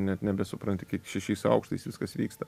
net nebesupranti kaip šešiais aukštais viskas vyksta